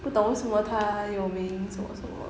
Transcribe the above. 不懂为什么他有名什么什么